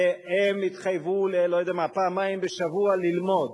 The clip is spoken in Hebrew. שהם יתחייבו, לא יודע מה, פעמיים בשבוע ללמוד,